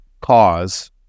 cause